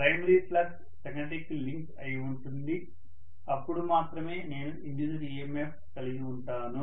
primary flux secondary కి link అయి ఉంటుంది అపుడు మాత్రమే నేను ఇండ్యూస్డ్ EMF కలిగి ఉంటాను